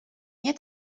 nie